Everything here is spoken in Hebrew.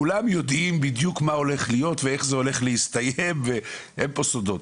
כולם יודעים בדיוק מה הולך להיות ואיך זה הולך להסתיים ואין פה סודות.